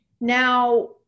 Now